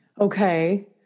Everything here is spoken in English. okay